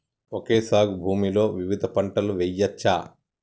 Okay సాగు భూమిలో వివిధ పంటలు వెయ్యచ్చా?